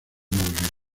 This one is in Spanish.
movimiento